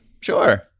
sure